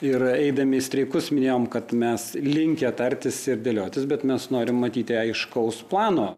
ir eidami į streikus minėjom kad mes linkę tartis ir dėliotis bet mes norim matyti aiškaus plano